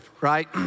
right